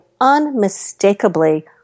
unmistakably